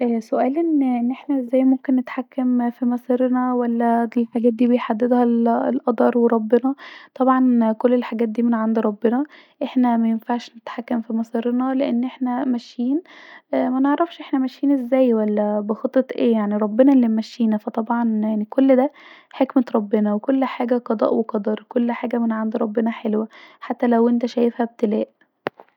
سؤالي أن احنا ازاي بنتحكم في مصيرنا والحاجات دي بيحددها القدر وربنا طبعا كل الحاجات ديه من عند ربنا احنا مينفعش نتحكم في مصيرنا لأن احنا ماشين منعرفش احنا ماشين ازاي ولا بخطة ايه ربنا الي مشينا ف طبعا كل ده حكله ربنا وكل ده قضاء وقدر وكل حاجه من ربنا حلوه حتي لو انا شايفها ابتلاء